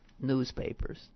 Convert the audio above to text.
newspapers